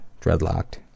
Dreadlocked